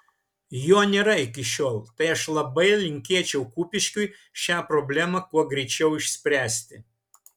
jo nėra iki šiol tai aš labai linkėčiau kupiškiui šią problemą kuo greičiau išspręsti